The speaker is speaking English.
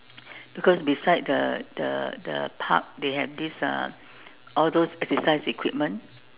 because beside the the the park they have this uh all those exercise equipment